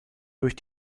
durch